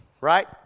right